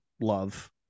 love